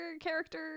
character